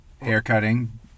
Haircutting